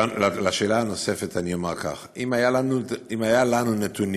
לשאלה הנוספת אני אומר ככה: אם היו לנו נתונים,